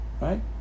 Right